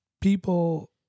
people